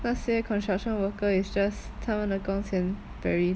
那些 construction worker is just 他们的工钱